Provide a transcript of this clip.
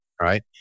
Right